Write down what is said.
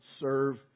serve